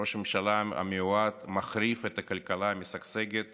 ראש הממשלה המיועד מחריב את הכלכלה המשגשגת